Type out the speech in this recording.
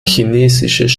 chinesisches